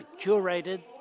curated